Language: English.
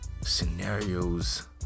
scenarios